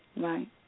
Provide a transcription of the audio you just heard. Right